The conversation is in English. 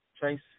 Chase